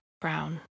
brown